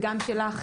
וגם שלך,